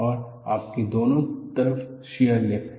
और आपके दोनों तरफ शियर लिप है